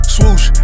Swoosh